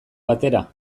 batera